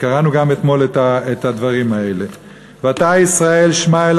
וקראנו גם אתמול את הדברים האלה: "ועתה ישראל שמע אל